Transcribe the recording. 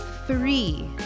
three